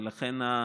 ולכן,